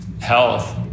health